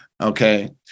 okay